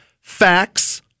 facts